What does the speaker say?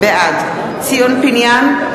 בעד ציון פיניאן,